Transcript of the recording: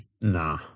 Nah